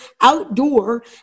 outdoor